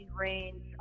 range